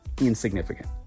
insignificant